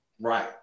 Right